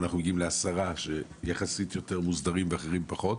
אנחנו מגיעים לעשרה שיחסית יותר מוסדרים ואחרים פחות.